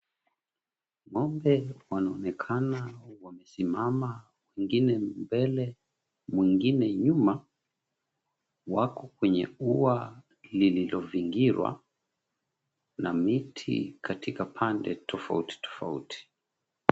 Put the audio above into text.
Ng'ombe wanaonekana wamesimama, mwingine mbele, mwingine nyuma. Wako kwenye ua lililovingirwa na miti katika pande tofauti tofauti.